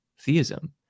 theism